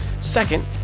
Second